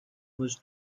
was